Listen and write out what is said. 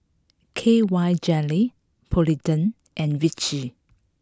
K Y Jelly Polident and Vichy